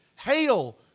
Hail